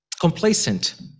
complacent